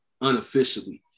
unofficially